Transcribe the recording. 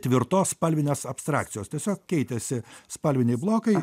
tvirtos spalvinės abstrakcijos tiesiog keitėsi spalviniai blokai